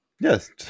Yes